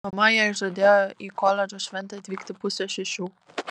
mama jai žadėjo į koledžo šventę atvykti pusę šešių